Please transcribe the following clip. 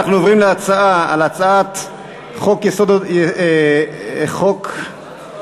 אנחנו עוברים להצבעה על הצעת חוק יסודות התקציב (תיקון,